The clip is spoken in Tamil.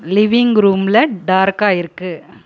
லிவிங் ரூமில் டார்க்காக இருக்கு